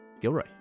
Gilroy